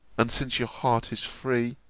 and since your heart is free,